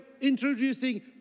introducing